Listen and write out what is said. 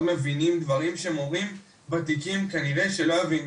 מבינים דברים שמורים ותיקים כנראה שלא יבינו.